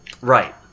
Right